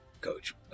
Coach